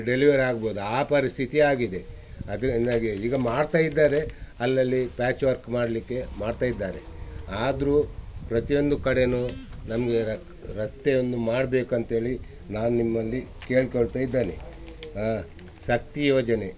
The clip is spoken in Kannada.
ಡೆಲಿವರಿ ಆಗ್ಬೋದು ಆ ಪರಿಸ್ಥಿತಿ ಆಗಿದೆ ಅದರಿಂದಾಗಿ ಈಗ ಮಾಡ್ತಾ ಇದ್ದಾರೆ ಅಲ್ಲಲ್ಲಿ ಪ್ಯಾಚ್ ವರ್ಕ್ ಮಾಡಲಿಕ್ಕೆ ಮಾಡ್ತಾ ಇದ್ದಾರೆ ಆದರೂ ಪ್ರತಿಯೊಂದು ಕಡೆನೂ ನಮಗೆ ರಕ್ ರಸ್ತೆಯನ್ನು ಮಾಡ್ಬೇಕಂತ್ಹೇಳಿ ನಾನು ನಿಮ್ಮಲ್ಲಿ ಕೇಳ್ಕೊಳ್ತಾ ಇದ್ದೇನೆ ಶಕ್ತಿ ಯೋಜನೆ